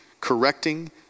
correcting